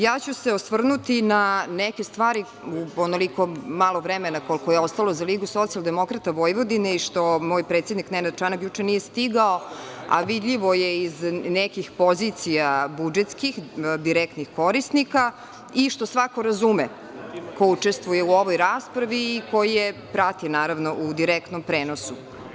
Ja ću se osvrnuti na neke stvari u onoliko malo vremena koliko je ostalo za LSV i što moj predsednik Nenad Čanak juče nije stigao, a vidljivo je iz nekih pozicija budžetskih direktnih korisnika i što svako razume ko učestvuje u ovoj raspravi i koji je prati naravno u direktnom prenosu.